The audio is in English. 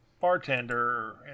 bartender